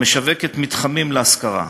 המשווקת מתחמים להשכרה.